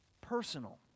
personal